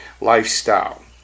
lifestyle